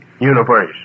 universe